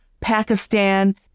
Pakistan